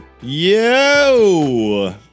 Yo